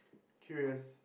curious